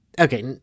okay